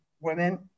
women